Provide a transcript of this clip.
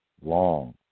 long